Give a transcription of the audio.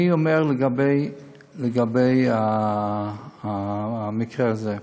אני אומר לגבי המקרה הזה: